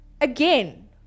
again